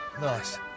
Nice